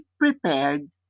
prepared